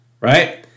right